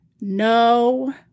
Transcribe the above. No